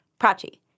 Prachi